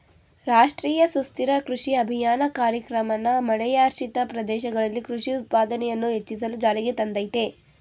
ರಾಷ್ಟ್ರೀಯ ಸುಸ್ಥಿರ ಕೃಷಿ ಅಭಿಯಾನ ಕಾರ್ಯಕ್ರಮನ ಮಳೆಯಾಶ್ರಿತ ಪ್ರದೇಶದಲ್ಲಿ ಕೃಷಿ ಉತ್ಪಾದನೆಯನ್ನು ಹೆಚ್ಚಿಸಲು ಜಾರಿಗೆ ತಂದಯ್ತೆ